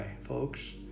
folks